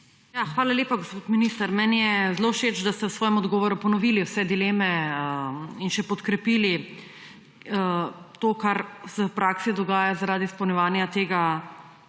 Hvala lepa, gospod minister. Meni je zelo všeč, da ste v svojem odgovoru ponovili vse dileme in še podkrepili to, kar se v praksi dogaja zaradi izpolnjevanja tega